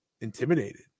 intimidated